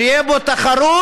שתהיה בו תחרות.